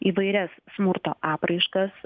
įvairias smurto apraiškas